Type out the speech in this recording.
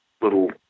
little